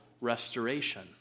restoration